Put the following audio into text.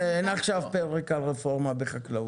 אין עכשיו פרק על רפורמה בחקלאות.